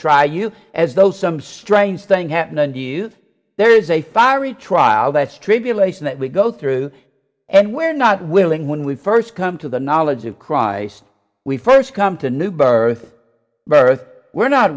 try you as though some strange thing happened and you there is a fiery trial that's tribulation that we go through and we're not willing when we first come to the knowledge of christ we first come to new birth birth we're not